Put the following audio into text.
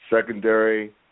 secondary